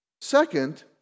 Second